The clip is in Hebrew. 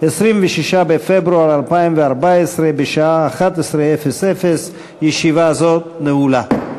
26 בפברואר 2014, בשעה 11:00. ישיבה זו נעולה.